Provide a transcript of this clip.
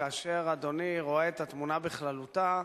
כאשר אדוני רואה את התמונה בכללותה,